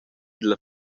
dalla